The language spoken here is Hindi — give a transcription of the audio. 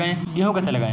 गेहूँ कैसे लगाएँ?